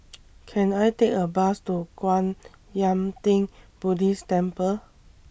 Can I Take A Bus to Kwan Yam Theng Buddhist Temple